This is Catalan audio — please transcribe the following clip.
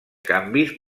canvis